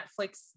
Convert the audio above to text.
Netflix